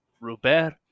Robert